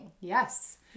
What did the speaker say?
Yes